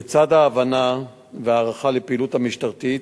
בצד ההבנה וההערכה לפעילות המשטרתית,